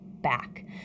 back